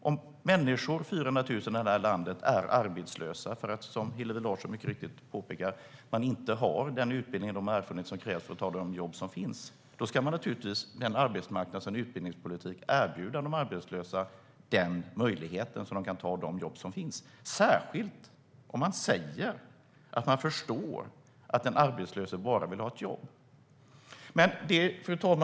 Om 400 000 personer i det här landet är arbetslösa för att de, som Hillevi Larsson påpekar, inte har den utbildning eller de erfarenheter som krävs för att ta de jobb som finns ska vi naturligtvis med en arbetsmarknads och utbildningspolitik erbjuda de arbetslösa den möjligheten så att de kan ta de jobb som finns, särskilt om vi säger att vi förstår att den som är arbetslös bara vill ha ett jobb. Fru talman!